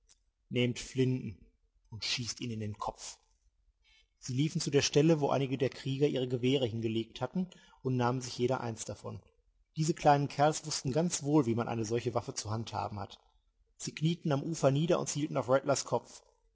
nehmt flinten und schießt ihn in den kopf sie liefen zu der stelle wo einige der krieger ihre gewehre hingelegt hatten und nahmen sich jeder eins davon diese kleinen kerls wußten ganz wohl wie man eine solche waffe zu handhaben hat sie knieten am ufer nieder und zielten auf rattlers kopf